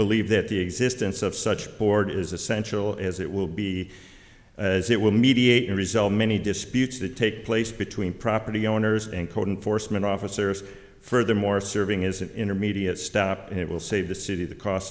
believe that the existence of such board is essential as it will be as it will mediate resolve many disputes that take place between property owners and code enforcement officers furthermore serving as an intermediate step it will save the city the cost